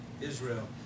Israel